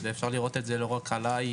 ואפשר לראות את זה לא רק עליי.